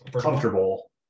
comfortable